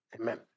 Amen